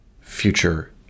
future